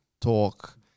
talk